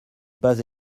pas